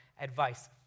advice